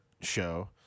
show